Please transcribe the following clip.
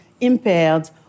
impaired